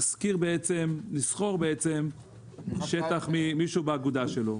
יכול לשכור שטח ממישהו באגודה שלו,